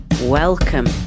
Welcome